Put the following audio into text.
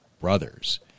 brothers